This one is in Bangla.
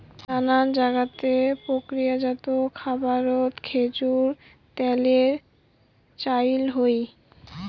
নানান জাতের প্রক্রিয়াজাত খাবারত খেজুর ত্যালের চইল হই